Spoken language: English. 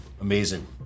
amazing